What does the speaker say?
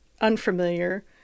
unfamiliar